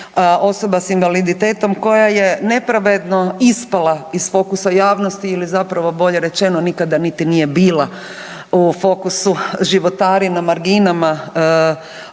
osoba sa invaliditetom koja je nepravedno ispala iz fokusa javnosti ili zapravo bolje rečeno nikada niti nije bila u fokusu. Životari na marginama